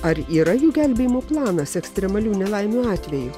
ar yra jų gelbėjimo planas ekstremalių nelaimių atveju